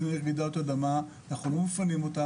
רעידות אדמה ואנחנו לא מפנים אותם,